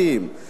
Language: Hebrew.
אמרתם,